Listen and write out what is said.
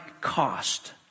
cost